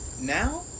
Now